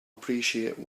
appreciate